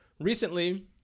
Recently